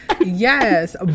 yes